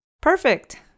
Perfect